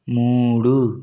మూడు